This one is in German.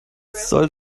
soll